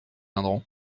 viendront